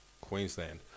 Queensland